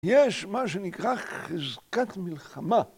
יש מה שנקרא ״חזקת מלחמה״.